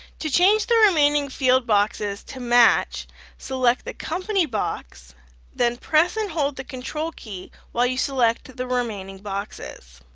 to change the remaining field boxes to match select the company box then press and hold the control key while you select the remaining boxes.